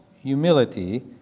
humility